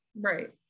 right